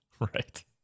Right